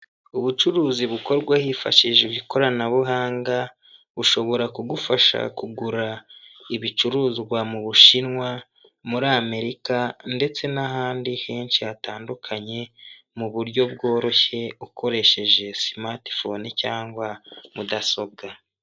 Ubucuruzi bukorwa hifashishijwe ikoranabuhanga bushobora kugufasha kugura ibicuruzwa mu Bushinwa, muri Amerika ndetse n'ahandi henshi hatandukanye mu buryo bworoshye ukoresheje simatifoni cyangwa mudasobwa.